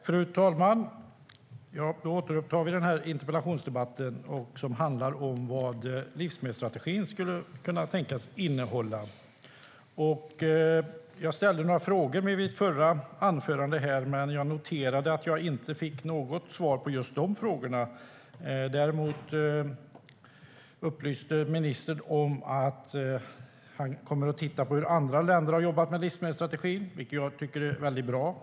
Fru talman! Då återupptar vi interpellationsdebatten om vad livsmedelsstrategin skulle kunna tänkas innehålla. Jag ställde några frågor i mitt tidigare inlägg, men jag noterade att jag inte fick något svar på just de frågorna. Däremot upplyste ministern om att han kommer att titta på hur andra länder har jobbat med livsmedelsstrategin, vilket jag tycker är bra.